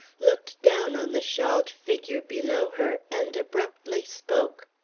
looked down on the shawled figure below her, and abruptly spoke.